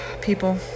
people